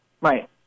Right